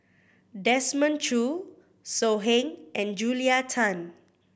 Desmond Choo So Heng and Julia Tan